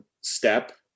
step